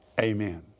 Amen